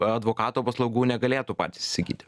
advokato paslaugų negalėtų patys įsigyti